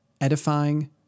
edifying